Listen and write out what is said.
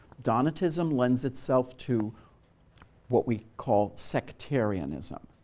donatism lends itself to what we call sectarianism.